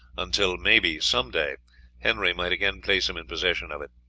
until maybe some day henry might again place him in possession of it.